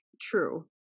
true